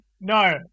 No